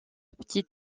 petite